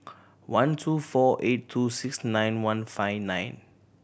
one two four eight two six nine one five nine